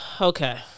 Okay